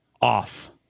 off